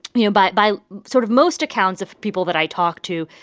you know, by by sort of most accounts of people that i talked to,